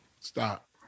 Stop